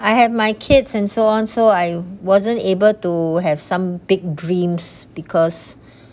I had my kids and so on so I wasn't able to have some big dreams because